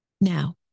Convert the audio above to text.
Now